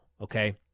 okay